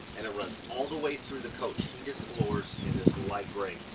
and it runs all the way through the coach, heated floors in this light gray,